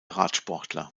radsportler